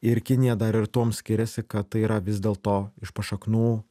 ir kinija dar ir tuom skiriasi kad tai yra vis dėlto iš pašaknų